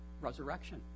resurrection